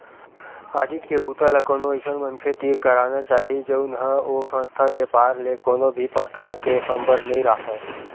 audit के बूता ल कोनो अइसन मनखे तीर कराना चाही जउन ह ओ संस्था, बेपार ले कोनो भी परकार के संबंध नइ राखय